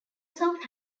south